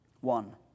One